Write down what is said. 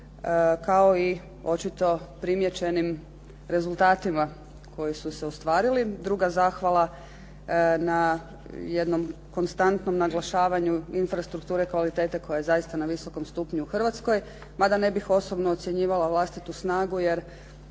kao i očito primijećenim rezultatima koji su se ostvarili. Druga zahvala na jednom konstantnom naglašavanju infrastrukture kvalitete koja je zaista na visokom stupnju u Hrvatskoj, ma da ne bih osobno ocjenjivala vlastitu snagu jer